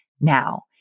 Now